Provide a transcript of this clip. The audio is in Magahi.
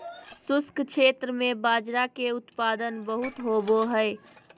शुष्क क्षेत्र में बाजरा के उत्पादन बहुत होवो हय